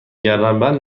گردنبند